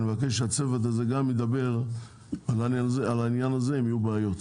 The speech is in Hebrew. אני מבקש שהצוות הזה גם ידבר על העניין הזה אם יהיו בעיות.